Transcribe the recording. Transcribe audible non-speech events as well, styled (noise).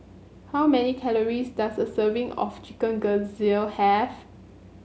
how many calories does a serving of chicken (unintelligible) have